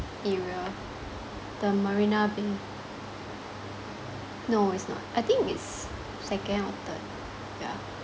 area the marina bay no it's not I think it's second or third yeah